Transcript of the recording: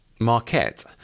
Marquette